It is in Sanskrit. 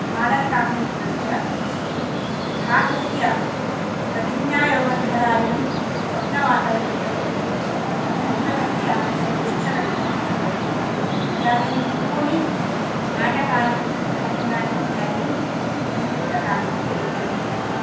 मालविकाग्निमित्रं च भासस्य प्रतिज्ञायौगन्धरायणं स्वप्नवासवदत्तं शूद्रकस्य मृच्छकटिकम् इत्यादीनि बहूनि नाटकानि प्रहसनानि इत्यादीनि संस्कृतसाहित्ये उपलभ्यन्ते